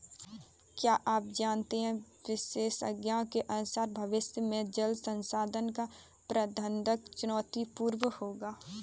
क्या आप जानते है विशेषज्ञों के अनुसार भविष्य में जल संसाधन का प्रबंधन चुनौतीपूर्ण होगा